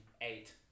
eight